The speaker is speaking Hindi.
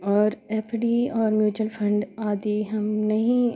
और एफ डी और म्युचुअल फंड आदि हम नहीं